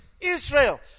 israel